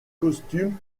costumes